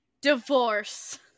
Divorce